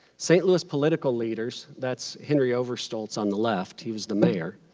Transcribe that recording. st. louis political leaders, that's henry overstolz on the left, he was the mayor,